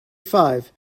five